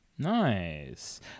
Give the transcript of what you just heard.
nice